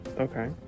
Okay